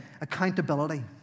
accountability